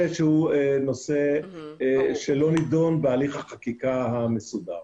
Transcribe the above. שהוא נושא שלא נידון בהליך החקיקה המסודר.